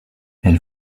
elle